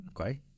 Okay